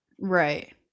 right